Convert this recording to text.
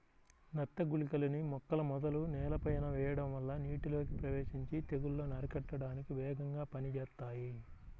నత్త గుళికలని మొక్కల మొదలు నేలపైన వెయ్యడం వల్ల నీటిలోకి ప్రవేశించి తెగుల్లను అరికట్టడానికి వేగంగా పనిజేత్తాయి